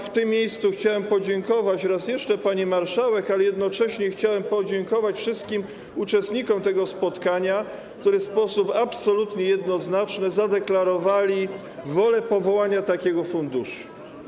W tym miejscu chciałbym raz jeszcze podziękować pani marszałek, a jednocześnie chciałem podziękować wszystkim uczestnikom tego spotkania, którzy w sposób absolutnie jednoznaczny zadeklarowali wolę powołania takiego funduszu.